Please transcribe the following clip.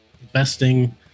investing